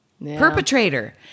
Perpetrator